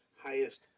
highest